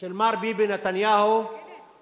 של מר ביבי נתניהו -- נאזם,